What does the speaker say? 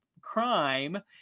crime